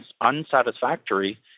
unsatisfactory